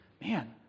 man